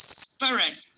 spirit